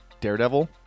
Daredevil